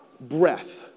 breath